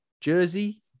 jersey